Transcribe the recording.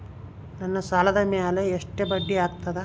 ನನ್ನ ಸಾಲದ್ ಮ್ಯಾಲೆ ಎಷ್ಟ ಬಡ್ಡಿ ಆಗ್ತದ?